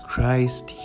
Christ